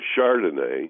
Chardonnay